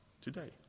today